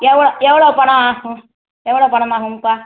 எவ்வளோ எவ்வளோ பணம் ஆகும் எவ்வளோ பணம் ஆகும்ப்பா